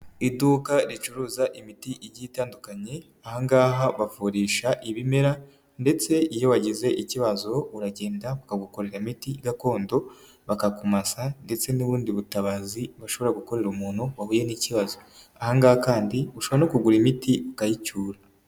Iduka ricuruza imiti igiye itandukanye, ahangaha bavurisha ibimera ndetse iyo wagize ikibazo uragenda bakagukorera imiti gakondo, bakakumasa ndetse n'ubundi butabazi bashobora gukorera umuntu wahuye n'ikibazo. Ahangaha kandi ushobora no kugura imiti ukayicyura.